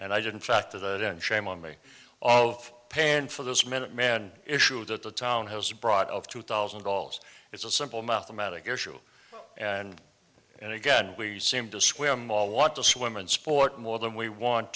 and i didn't factor that and shame on me all of paying for those minuteman issues that the town has brought of two thousand dollars it's a simple mathematical issue and and again we seem to swim all want to swim and sport more than we want